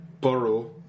Borough